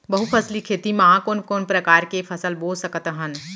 बहुफसली खेती मा कोन कोन प्रकार के फसल बो सकत हन?